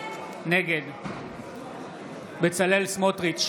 נגד בצלאל סמוטריץ'